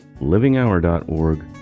livinghour.org